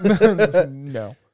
no